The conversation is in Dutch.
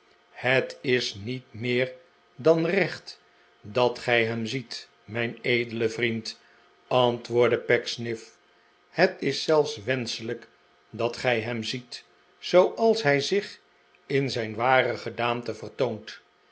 het is niet meer dan recht dat gij hem ziet mijn edele vriend antwoordde pecksniff het is zelfs wenscheiijk dat gij hem ziet zooals hij zich in zijn ware gedaante vertoont